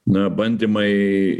na bandymai